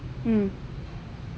mm